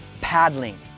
paddling